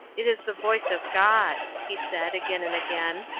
it is the voice of god, he said again and again.